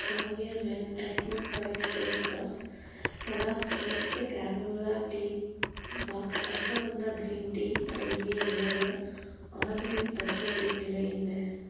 Garnier men acno fight facewash Kellogg's crunchy granola Teabox ashwagandha green tea அடங்கிய என்னுடைய ஆர்டரின் தற்போதைய நிலை என்ன